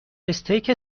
استیک